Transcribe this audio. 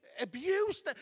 abuse